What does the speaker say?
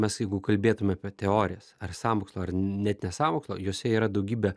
mes jeigu kalbėtume apie teorijas ar sąmokslo ar net ne sąmokslo jose yra daugybė